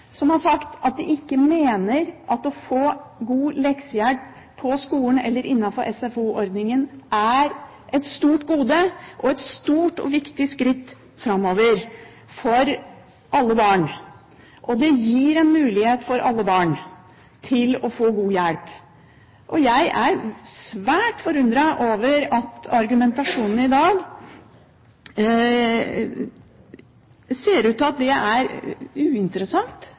som har sagt noe annet – at det å få god leksehjelp på skolen eller innenfor SFO-ordningen er et stort gode og et stort og viktig skritt framover for alle barn. Det gir alle barn en mulighet til å få god hjelp. Jeg er svært forundret over at det ut fra argumentasjonen i dag ser ut til at dette er uinteressant